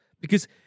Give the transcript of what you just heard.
because-